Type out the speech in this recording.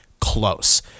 close